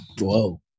Whoa